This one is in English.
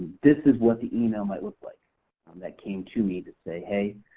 this is what the email might look like um that came to me to say hey,